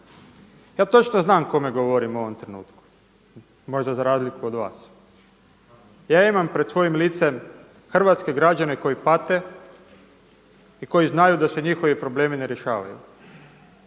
Ja točno znam kome govorim u ovom trenutku, možda za razliku od vas. Ja imam pred svojim licem hrvatske građane koji pate i koji znaju da se njihovi problemi ne rješavaju.